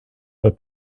but